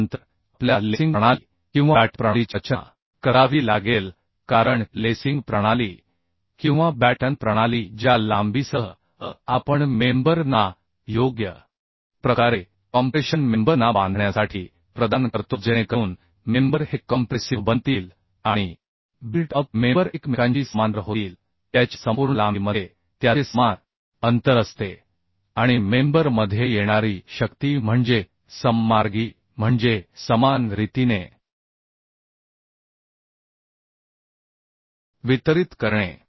त्यानंतर आपल्याला लेसिंग प्रणाली किंवा बॅटन प्रणालीची रचना करावी लागेल कारण लेसिंग प्रणाली किंवा बॅटन प्रणाली ज्या लांबीसह आपण मेंबर ना योग्य प्रकारे कॉम्प्रेशन मेंबर ना बांधण्यासाठी प्रदान करतो जेणेकरून मेंबर हे कॉम्प्रेसिव्ह बनतील आणि बिल्ट अप मेंबर एकमेकांशी समांतर होतील त्याच्या संपूर्ण लांबीमध्ये त्याचे समान अंतर असते आणि मेंबर मध्ये येणारी शक्ती म्हणजे सममार्गी म्हणजे समान रीतीने वितरित करणे